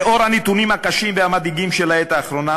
לנוכח הנתונים הקשים והמדאיגים של העת האחרונה,